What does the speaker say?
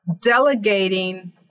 delegating